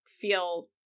feel